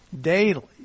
daily